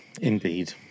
Indeed